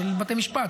של בתי משפט,